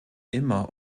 immer